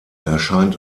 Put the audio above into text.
erscheint